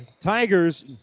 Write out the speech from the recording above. Tigers